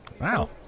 Wow